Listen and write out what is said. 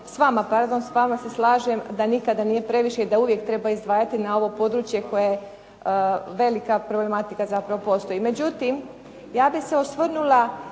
s vama da nikada nije previše i da uvijek treba izdvajati na ovo područje u kojem velika problematika zapravo postoji. Međutim, ja bih se osvrnula